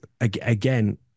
again